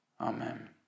amen